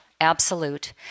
absolute